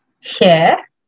Share